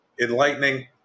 Enlightening